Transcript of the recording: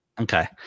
Okay